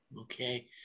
Okay